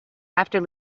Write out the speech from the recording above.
after